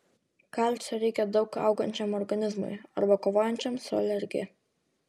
kalcio reikia daug augančiam organizmui arba kovojančiam su alergija